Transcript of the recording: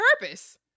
purpose